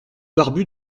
barbu